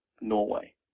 Norway